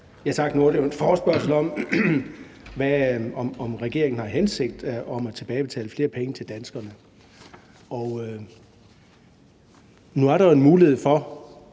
Tak. Nu er det jo en forespørgsel om, om regeringen har til hensigt at tilbagebetale flere penge til danskerne, og nu er der jo en mulighed for